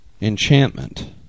enchantment